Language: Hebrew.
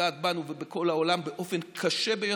שפוגעת בנו ובכל העולם באופן הקשה ביותר.